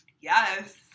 Yes